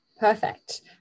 Perfect